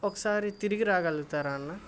ఒకసారి తిరిగి రాగలుగుతారా అన్నా